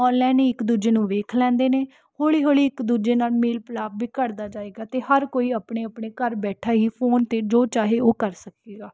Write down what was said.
online ਹੀ ਇੱਕ ਦੂਜੇ ਨੂੰ ਵੇਖ ਲੈਂਦੇ ਨੇ ਹੌਲੀ ਹੌਲੀ ਇੱਕ ਦੂਜੇ ਨਾਲ ਮੇਲ ਮਿਲਾਪ ਵੀ ਘਟਦਾ ਜਾਏਗਾ ਅਤੇ ਹਰ ਕੋਈ ਆਪਣੇ ਆਪਣੇ ਘਰ ਬੈਠਾ ਹੀ ਫੋਨ 'ਤੇ ਜੋ ਚਾਹੇ ਉਹ ਕਰ ਸਕੇਗਾ